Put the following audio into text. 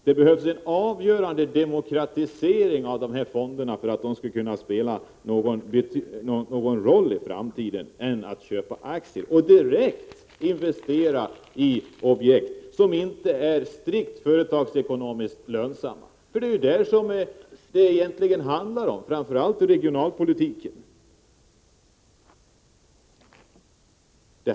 Det behövs en avgörande demokratisering av löntagarfonderna för att de skall kunna spela någon annan roll i framtiden än att köpa aktier. De skall kunna investera i objekt som inte är strikt företagsekonomiskt lönsamma. Det är det som det egentligen handlar om framför allt i regionalpolitiken.